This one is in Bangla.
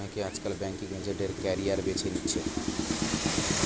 অনেকে আজকাল ব্যাঙ্কিং এজেন্ট এর ক্যারিয়ার বেছে নিচ্ছে